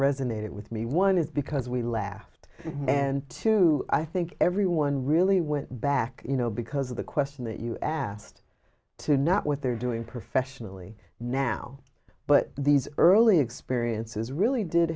resonated with me one is because we laughed and two i think everyone really went back you know because of the question that you asked to not what they're doing professionally now but these early experiences really did